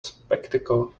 spectacle